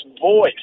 voice